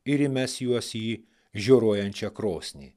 ir įmes juos į žioruojančią krosnį